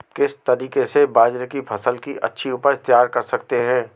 किस तरीके से बाजरे की फसल की अच्छी उपज तैयार कर सकते हैं?